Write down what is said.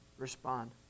Respond